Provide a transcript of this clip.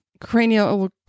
cranial